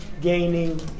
gaining